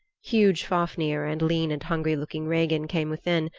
huge fafnir and lean and hungry-looking regin came within,